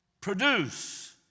produce